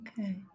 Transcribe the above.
Okay